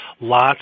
lots